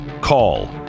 call